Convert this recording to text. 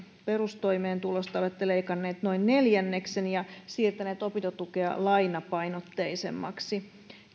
perustoimeentulosta olette leikanneet noin neljänneksen ja siirtäneet opintotukea lainapainotteisemmaksi